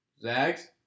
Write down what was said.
Zags